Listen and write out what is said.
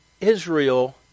Israel